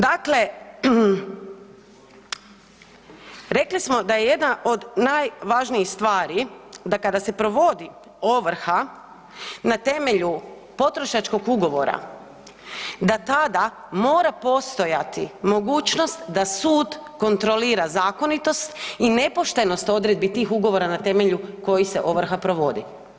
Dakle, rekli smo da je jedna od najvažnijih stvari da kada se provodi ovrha na temelju potrošačkog ugovora da tada mora postojati mogućnost da sud kontrolira zakonitost i nepoštenost tih odredbi na temelju kojih se ovrha provodi.